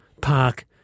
Park